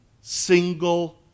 single